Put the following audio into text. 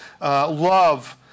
love